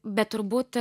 bet turbūt